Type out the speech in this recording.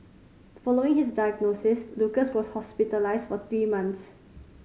following his diagnosis Lucas was hospitalised for three months